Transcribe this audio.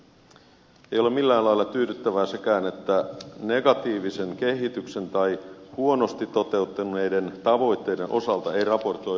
ei ole millään lailla tyydyttävää sekään että negatiivisen kehityksen tai huonosti toteutuneiden tavoitteiden osalta ei raportoida mitään